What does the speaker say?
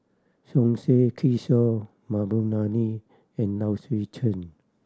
Som Said Kishore Mahbubani and Low Swee Chen